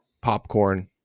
popcorn